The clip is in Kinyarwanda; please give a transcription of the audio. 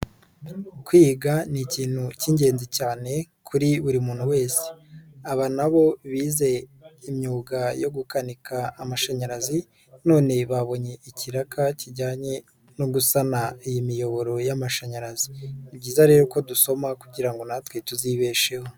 Kwiga ni ikintu cy'ingenzi cyane kuri buri muntu wese. Aba nabo bizeye imyuga yo gukanika amashanyarazi none babonye ikiraka kijyanye no gusana iyi miyoboro y'amashanyarazi. Ni byiza rero ko dusoma kugira ngo natwe tuzibesheho.